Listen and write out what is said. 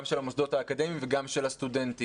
גם של המוסדות האקדמיים וגם של הסטודנטים.